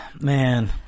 man